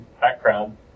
background